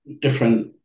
different